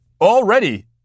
already